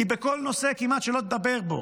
כי כמעט בכל נושא שלא נדבר בו,